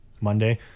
Monday